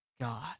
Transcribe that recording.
God